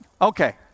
Okay